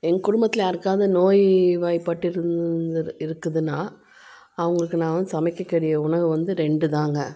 எங்க குடும்பத்தில் யாருக்காவது நோய்வாய்ப்பட்டு இருந்தது இருக்குதுன்னால் அவங்களுக்கு நான் வந்து சமைக்கக் கூடிய உணவு வந்து ரெண்டுதாங்க